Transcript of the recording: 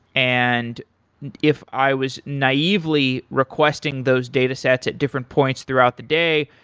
and if i was naively requesting those datasets at different points throughout the day,